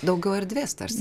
daugiau erdvės tarsi